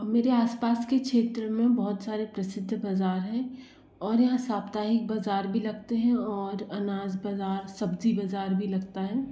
मेरे आस पास के क्षेत्र में बहुत सारे प्रसिद्ध बाज़ार है और यहाँ साप्ताहिक बाज़ार भी लगते हैं और अनाज बाज़ार सब्ज़ी बाज़ार बी लगता है